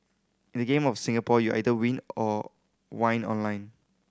in the Game of Singapore you either win or whine online